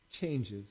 changes